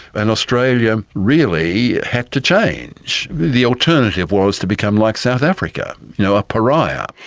and australia really had to change. the alternative was to become like south africa, you know a pariah.